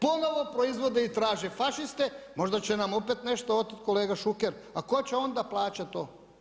Ponovno proizvode i traže fašiste, možda će nam opet nešto otet kolega Šuker, a tko će onda plaćat to?